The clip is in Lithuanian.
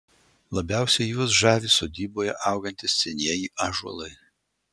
labiausiai juos žavi sodyboje augantys senieji ąžuolai